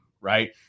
right